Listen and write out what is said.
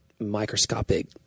microscopic